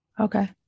Okay